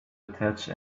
attach